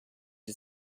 her